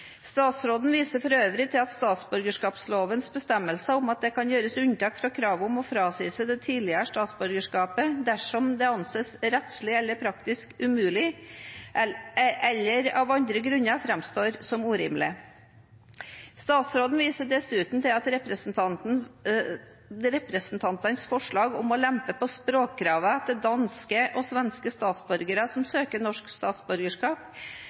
Statsråden viser for øvrig til statsborgerskapslovens bestemmelser om at det kan gjøres unntak fra kravet om å frasi seg det tidligere statsborgerskapet dersom det anses rettslig eller praktisk umulig, eller av andre grunner framstår som urimelig. Statsråden viser dessuten til at representantenes forslag om å lempe på språkkravene til danske og svenske statsborgere som søker norsk statsborgerskap,